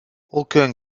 aucun